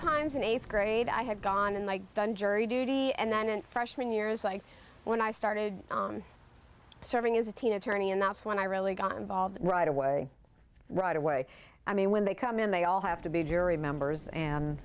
times in eighth grade i had gone and i done jury duty and then an freshman years like when i started serving as a teen attorney and that's when i really got involved right away right away i mean when they come in they all have to be jury members and